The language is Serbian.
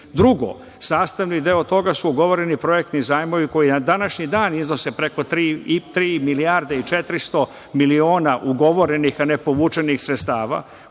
sastavni deo toga su ugovoreni projektni zajmovi koji na današnji dan iznose preko tri milijarde i 400 miliona ugovorenih, a ne povučenih sredstava,